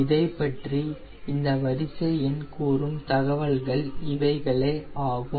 இதைப்பற்றி இந்த வரிசை எண்கள் கூறும் தகவல்கள் இவைகளே ஆகும்